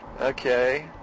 Okay